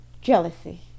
Jealousy